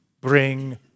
bring